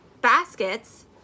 baskets